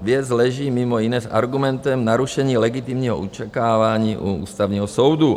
Věc leží mimo jiné s argumentem narušení legitimního očekávání u Ústavního soudu.